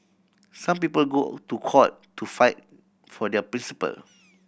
some people go to court to fight for their principle